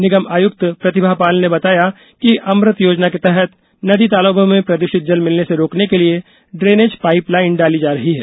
निगम आयुक्त प्रतिभा पाल ने बताया कि अमृत योजना के तहत नदी तालाबों में प्रद्रषित जल मिलने से रोकने के लिए ड्रेनेज पाइप लाइन डाली जा रही है